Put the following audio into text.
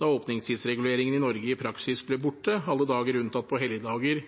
da åpningstidsreguleringene i Norge i praksis ble borte alle dager unntatt på helligdager